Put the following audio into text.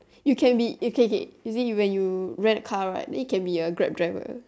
you can be okay okay you see when you rent a car right you can be a Grab driver